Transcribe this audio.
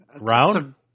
round